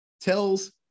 tells